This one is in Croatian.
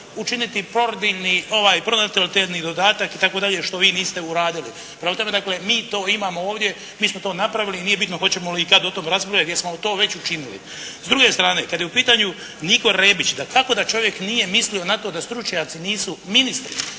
Učiniti porodiljni, pronatalitetni dodatak, što vi niste uradili. Prema tome dakle mi to imamo ovdje, mi smo to napravili i nije bitno hoćemo li i kad o tome raspravljati jer smo to već učinili. S druge strane, kad je u pitanju Niko Rebić dakako da čovjek nije mislio na to da stručnjaci nisu ministri.